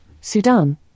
Sudan